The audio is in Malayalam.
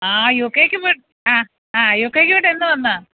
ആഹ് യു ക്കേക്ക് പോയി അ അ യു ക്കേക്ക് പോയിട്ട് എന്നു വന്നു